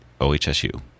OHSU